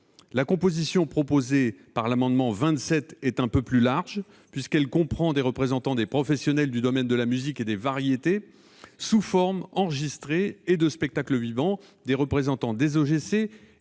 La composition proposée par les auteurs de l'amendement n° 27 rectifié est un peu plus large, puisqu'elle comprend des représentants des professionnels du domaine de la musique et des variétés, sous forme enregistrée et de spectacle vivant, des représentants des OGC